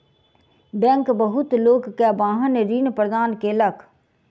bank बहुत लोक के वाहन ऋण प्रदान केलक